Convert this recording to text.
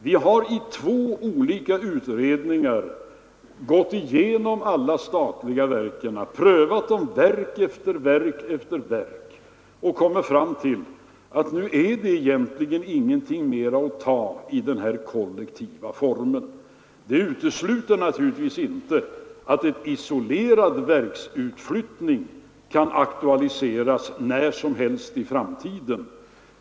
Vi har i två olika utredningar gått igenom alla statliga verk och prövat dem ett efter ett och kommit fram till att nu finns det egentligen inte något mer att flytta ut i denna kollektiva form. Men detta utesluter inte att en isolerad utflyttning av ett verk kan aktualiseras när som helst i framtiden.